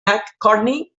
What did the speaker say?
mccartney